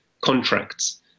contracts